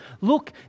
Look